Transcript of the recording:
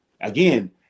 Again